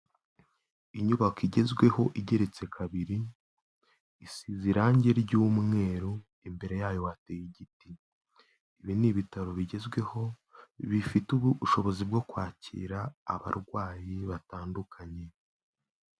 Inyubako igezweho igeretse kabiri, isize irangi ry'umweru imbere yayo wateye igiti, ibi ni ibitaro bigezweho bifite ubu ubushobozi bwo kwakira abarwayi batandukanye.